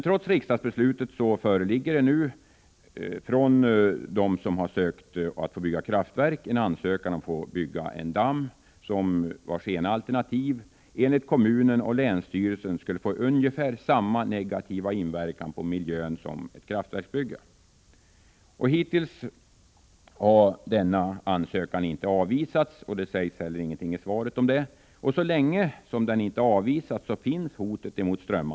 Trots riksdagsbeslutet föreligger nu från dem som ansökt att få bygga kraftverk en ansökan om att få bygga en damm, vars ena alternativ enligt kommunen och länsstyrelsen skulle få ungefär samma negativa inverkan på Hittills har denna ansökan inte avvisats, och det sägs heller ingenting i Tisdagen den svaret om det. Och så länge den inte avvisats finns hotet mot strömmarna.